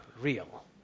real